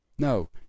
No